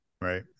right